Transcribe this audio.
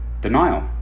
denial